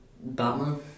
Batman